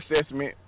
assessment